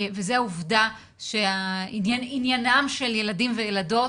וזה העובדה שעניינם של ילדים וילדות